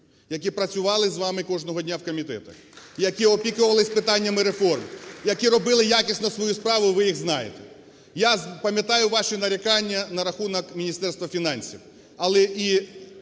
які працювали з вами кожного дня в комітетах, які опікувалися питаннями реформ, які робили якісно свою справу, ви їх знаєте. Я пам'ятаю ваші нарікання на рахунок Міністерства фінансів.